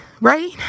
right